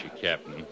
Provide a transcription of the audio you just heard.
Captain